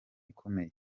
ikomeye